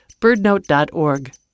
birdnote.org